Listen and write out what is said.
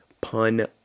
pun